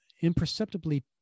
imperceptibly